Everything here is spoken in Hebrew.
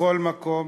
בכל מקום